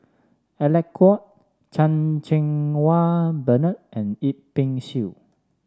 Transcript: Alec Kuok Chan Cheng Wah Bernard and Yip Pin Xiu